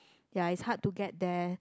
ya it's hard to get there